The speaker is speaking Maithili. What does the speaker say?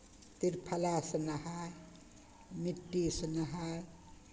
त्रिफलासँ नहाय मिट्टीसँ नहाय